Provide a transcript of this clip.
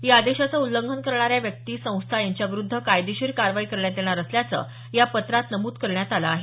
या आदेशाचे उल्लंघन करणाऱ्या व्यक्ती संस्था यांच्या विरुद्ध कायदेशीर कारवाई करण्यात येणार असल्याचं या पत्रात नमूद करण्यात आलं आहे